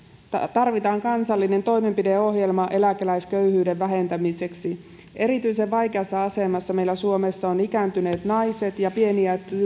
tarvitaan kansallinen toimenpideohjelma eläkeläisköyhyyden vähentämiseksi erityisen vaikeassa asemassa meillä suomessa ovat ikääntyneet naiset ja pieniä